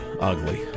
ugly